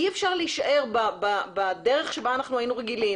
אי אפשר להישאר בדרך שבה אנחנו היינו רגילים,